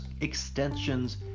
extensions